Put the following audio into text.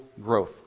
growth